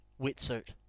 wetsuit